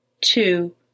Two